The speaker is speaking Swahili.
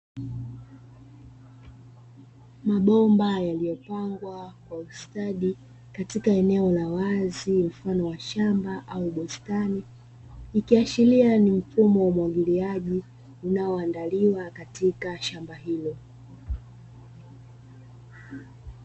Mabomba yaliyopangwa kwa ustadi katika eneo la wazi, mfano wa shamba au bustani. Ikiashiria ni mfumo wa umwagiliaji unaoandaliwa katika shamba hilo.